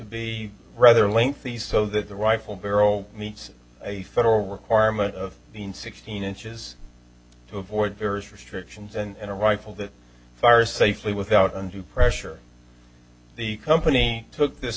be rather lengthy so that the rifle barrel meets a federal requirement of being sixteen inches to avoid various restrictions and a rifle that fires safely without undue pressure the company took this